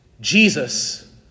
Jesus